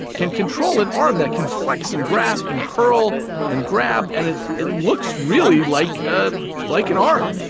can control an arm that can flex and grasp and curl and grab, and it it looks really like ah like an arm.